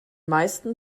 meisten